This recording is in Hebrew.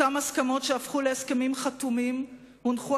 אותן הסכמות שהפכו להסכמים חתומים הונחו